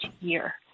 year